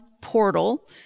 portal